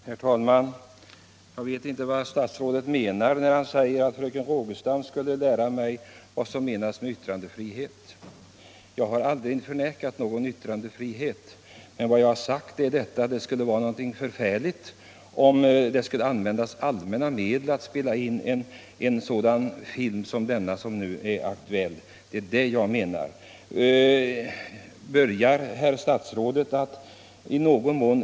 Herr talman! Jag vet inte vad herr statsrådet menar när han säger att fröken Rogestam skulle lära mig vad som menas med yttrandefrihet. Jag har aldrig förnekat någon yttrandefrihet. Jag har i stället sagt att det skulle vara någonting förfärligt om allmänna medel skulle användas till att spela in en film som den vi nu diskuterar. Börjar herr statsrådet nu sväva på målet?